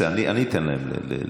בסדר, אני אתן להם לדבר.